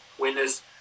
Winners